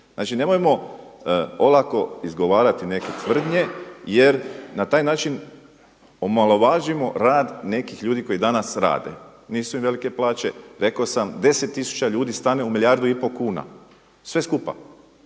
Znači nemojmo olako izgovarati neke tvrdnje jer na taj način omalovažavamo rad nekih ljudi koji danas rade. Nisu im velike plaće, rekao sam 10 tisuća ljudi stane u milijardu i pol kuna, sve skupa